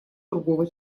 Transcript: другого